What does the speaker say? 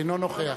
אינו נוכח